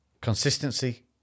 Consistency